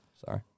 Sorry